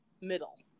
middle